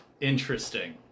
Interesting